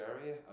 area